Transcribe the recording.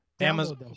Amazon